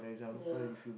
ya